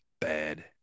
bad